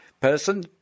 person